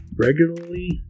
Regularly